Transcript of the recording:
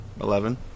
Eleven